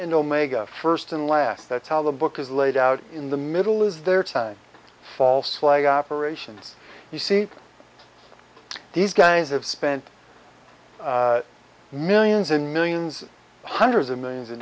and omega first and last that's how the book is laid out in the middle is there time false flag operations you see these guys have spent millions and millions hundreds of millions of